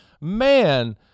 man